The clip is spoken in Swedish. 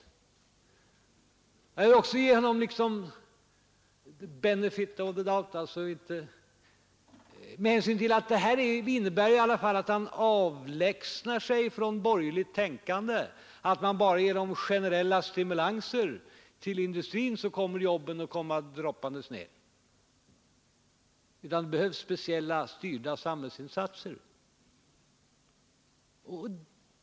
Men jag vill också ge herr Fälldin ”the benefit of the doubt” med hänsyn till att den här linjen i alla fall innebär att han avlägsnar sig ifrån borgerligt tänkande — bara man ger generell stimulans till industrin så kommer jobben droppandes ned — och erkänner att det behövs speciella, styrda samhällsinsatser.